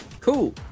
Cool